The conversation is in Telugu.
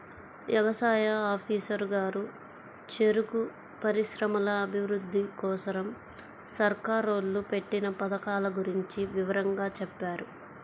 యవసాయ ఆఫీసరు గారు చెరుకు పరిశ్రమల అభిరుద్ధి కోసరం సర్కారోళ్ళు పెట్టిన పథకాల గురించి వివరంగా చెప్పారు